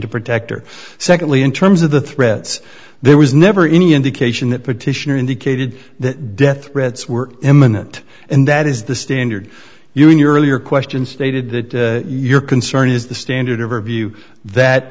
to protect her secondly in terms of the threats there was never any indication that petitioner indicated that death threats were imminent and that is the standard you in your earlier question stated that your concern is the standard of review that